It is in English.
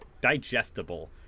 digestible